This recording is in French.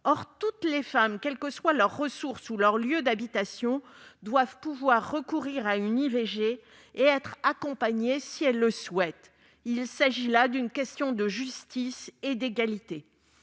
Or toutes les femmes, quels que soient leurs ressources ou leur lieu d'habitation, doivent pouvoir recourir à une IVG et bénéficier d'un accompagnement si elles le veulent. Il s'agit là d'une question de justice et d'égalité.